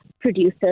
producers